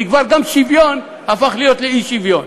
כי גם שוויון כבר הפך לאי-שוויון,